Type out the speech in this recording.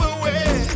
away